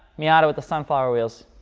miata with the sunflower wheels.